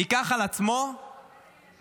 ייקח על עצמו לשתף,